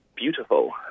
beautiful